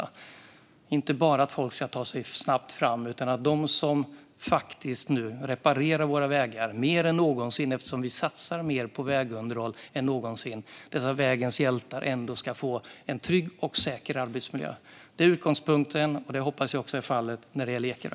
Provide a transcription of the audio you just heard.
Det handlar inte bara om att folk ska ta sig fram snabbt utan också om att de som nu faktiskt reparerar våra vägar mer än någonsin eftersom vi satsar mer på vägunderhåll än någonsin - dessa vägens hjältar - ska få en trygg och säker arbetsmiljö. Det är utgångspunkten, och så hoppas jag också är fallet när det gäller Ekerö.